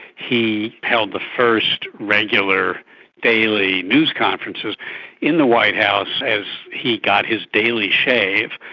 he held the first regular daily news conferences in the white house as he got his daily shave.